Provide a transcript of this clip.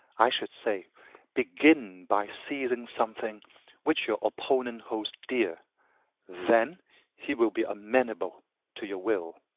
i should say begin by seizing something which your opponent holds dear then he will be amenable to your will.